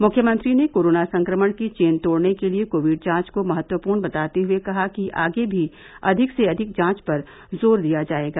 मुख्यमंत्री ने कोरोना संक्रमण की चेन तोड़ने के लिए कोविड जांच को महत्वपूर्ण बताते हुए कहा कि आगे भी अधिक से अधिक जांच पर जोर दिया जाएगा